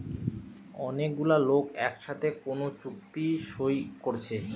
অনেক গুলা লোক একসাথে কোন চুক্তি সই কোরছে